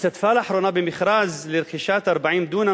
והשתתפה לאחרונה במכרז לרכישת 40 דונם